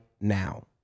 now